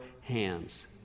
hands